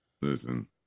Listen